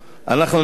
אנחנו לא סבורים